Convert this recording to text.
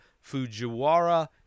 Fujiwara